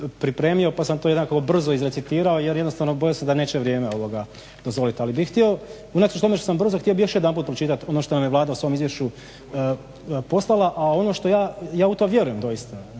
pripremio pa sam i to onako brzo izrecitirao jer jednostavno bojao sam se da neće vrijeme dozvoliti. Ali bi htio unatoč što sam brzo htio bih još jedanput pročitati ono što nam je Vlada u svom izvješću poslala, a ono što ja u to vjerujem doista.